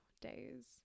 days